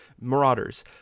Marauders